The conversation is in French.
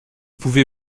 pouvez